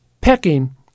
pecking